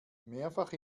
mehrfach